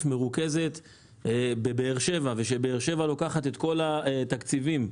מרוכז בבאר-שבע ושבאר-שבע לוקחת את כל התקציבים.